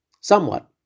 somewhat